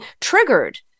triggered